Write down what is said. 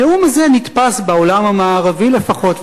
הנאום הזה נתפס בעולם המערבי לפחות,